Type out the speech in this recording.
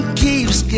keeps